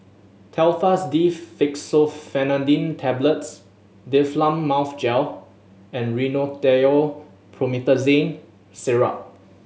Telfast D Fexofenadine Tablets Difflam Mouth Gel and Rhinathiol Promethazine Syrup